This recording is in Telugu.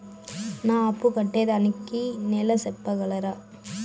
నా అప్పు కట్టేదానికి నెల సెప్పగలరా?